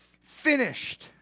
finished